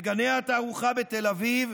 בגני התערוכה בתל אביב,